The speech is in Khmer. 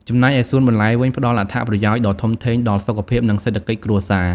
ចំណែកឯសួនបន្លែវិញ ផ្តល់អត្ថប្រយោជន៍ដ៏ធំធេងដល់សុខភាព និងសេដ្ឋកិច្ចគ្រួសារ។